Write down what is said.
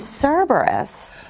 Cerberus